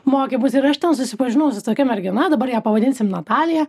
mokymus ir aš ten susipažinau su tokia mergina dabar ją pavadinsim natalija